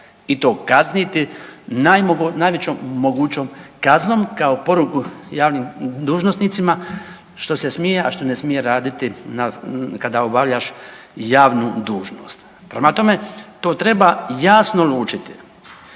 i to kazniti najvećom mogućom kaznom kao poruku javnim dužnosnicima što se smije a što ne smije raditi kada obavljaš javnu dužnost. Prema tome, to treba jasno lučiti.